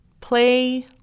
play